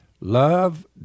Love